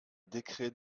décret